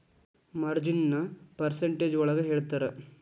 ಮಾರ್ಜಿನ್ನ percentage ಒಳಗ ಹೇಳ್ತರ